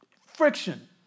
friction